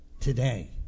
today